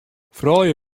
froulju